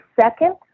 second